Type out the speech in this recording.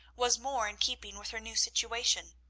was more in keeping with her new situation.